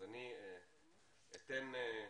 אז אני אתן ל,